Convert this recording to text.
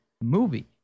movie